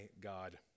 God